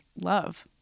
love